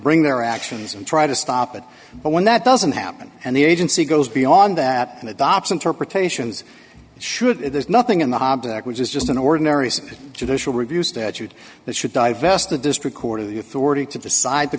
bring their actions and try to stop it but when that doesn't happen and the agency goes beyond that and adopts interpretations should there's nothing in the object which is just an ordinary judicial review statute that should divest the district court of the authority to decide the